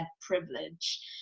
privilege